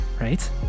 Right